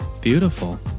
Beautiful